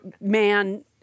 man